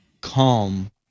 calm